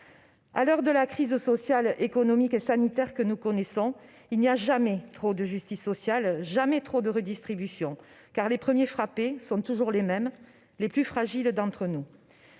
À l'heure de la crise sociale, économique et sanitaire que nous connaissons, il n'y a jamais trop de justice sociale, jamais trop de redistribution, car les premiers frappés sont toujours les mêmes : les plus fragiles d'entre nous.